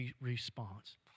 response